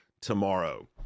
tomorrow